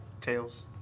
tails